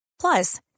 Plus